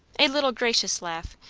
a little gracious laugh,